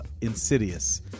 *Insidious*